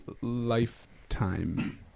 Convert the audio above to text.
Lifetime